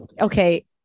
okay